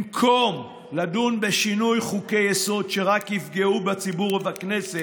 במקום לדון בשינוי חוקי-יסוד שרק יפגעו בציבור ובכנסת,